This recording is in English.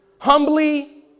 humbly